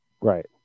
Right